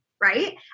right